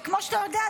וכמו שאתה יודע,